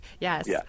Yes